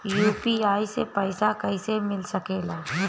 UPI से पइसा कईसे मिल सके ला?